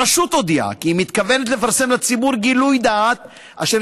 הרשות הודיעה כי היא מתכוונת לפרסם לציבור גילוי דעת אשר